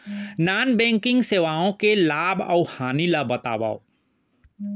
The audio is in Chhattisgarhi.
नॉन बैंकिंग सेवाओं के लाभ अऊ हानि ला बतावव